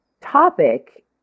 topic